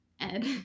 Ed